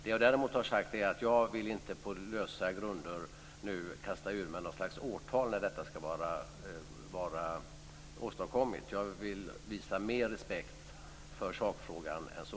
Vad jag däremot har sagt är att jag inte på lösa grunder nu vill kasta ur mig något årtal för när detta ska ha åstadkommits. Jag vill visa mer respekt för sakfrågan än så.